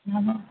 hello